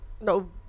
no